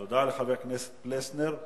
תודה לחבר הכנסת פלסנר.